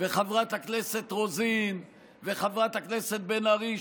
חברת הכנסת רוזין וחברת הכנסת בן ארי,